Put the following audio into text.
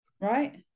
Right